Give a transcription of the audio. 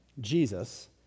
Jesus